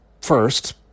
first